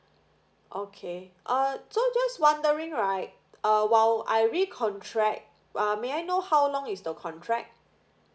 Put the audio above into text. okay uh so just wondering right uh while I re contract uh may I know how long is the contract